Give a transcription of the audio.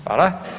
Hvala.